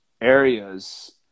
areas